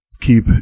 keep